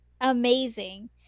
amazing